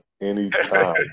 Anytime